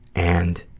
and